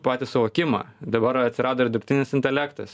patį suvokimą dabar atsirado ir dirbtinis intelektas